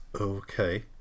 Okay